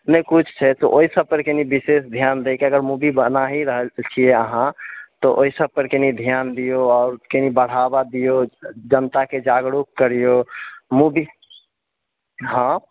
नहि किछु छै तऽ ओहिसब पर कनी विशेष ध्यान दएके अगर मूवी ही रहल छी अहाँ तऽ ओहिसब पर कनी ध्यान दियौ आओर कनी बढ़ावा दियौ जनताके जागरूक करियौ मूवी हँ